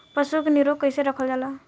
पशु के निरोग कईसे रखल जाला?